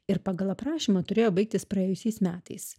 ir pagal aprašymą turėjo baigtis praėjusiais metais